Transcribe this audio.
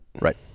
Right